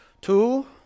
Two